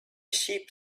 sheep